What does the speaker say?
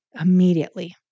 immediately